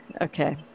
Okay